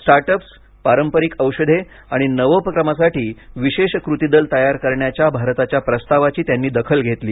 start ups पारंपरिक औषधे आणि नवोपक्रमासाठी विशेष कृती दल तयार करण्याच्या भारताच्या प्रस्तावाची त्यांनी दखल घेतली